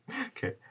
Okay